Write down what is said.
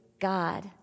God